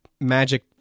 magic